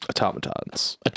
automatons